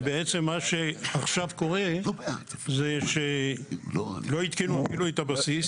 כי מה שקורה עכשיו זה שלא התקינו אפילו את הבסיס,